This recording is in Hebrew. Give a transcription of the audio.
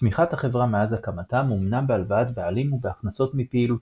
צמיחת החברה מאז הקמתה מומנה בהלוואת בעלים ובהכנסות מפעילותה.